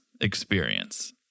experience